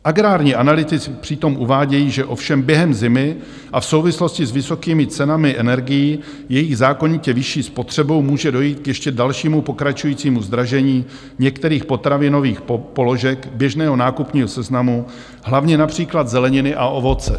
Agrární analytici přitom uvádějí, že ovšem během zimy a v souvislosti s vysokými cenami energií jejich zákonitě vyšší spotřebou může dojít k ještě dalšímu pokračujícímu zdražení některých potravinových položek běžného nákupního seznamu, hlavně například zeleniny a ovoce.